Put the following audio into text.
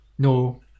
No